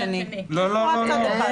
יש רק צד אחד.